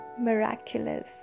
miraculous